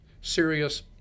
serious